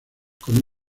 con